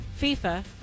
FIFA